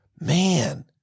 man